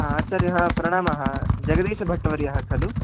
हा आचार्यः प्रणामः जगदीशभट्टवर्यः खलु